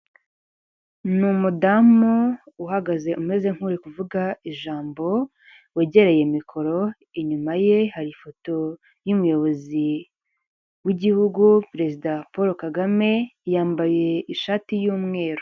Ni umudamu uhagaze umeze nk'uri kuvuga ijambo wegereye mikoro inyuma ye hari ifoto y'umuyobozi w'igihugu perezida Paul Kagame yambaye ishati y'umweru.